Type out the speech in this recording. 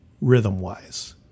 rhythm-wise